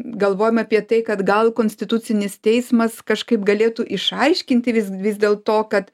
galvojom apie tai kad gal konstitucinis teismas kažkaip galėtų išaiškinti visg vis dėl to kad